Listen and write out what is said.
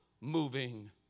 moving